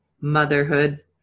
motherhood